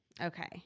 okay